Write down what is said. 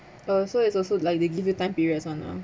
oh so it's also like they give you time periods one lah